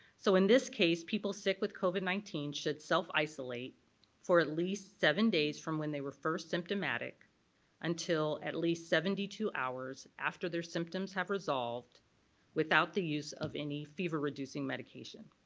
so in this case people people sick with covid nineteen should self isolate for at least seven days from when they were first symptomatic until at least seventy two hours after their symptoms have resolved without the use of any fever reducing medication.